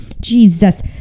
jesus